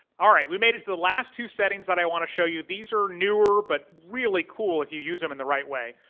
all right, we made it the last two settings that i wanna show you. these are newer but really cool if you use them in the right way.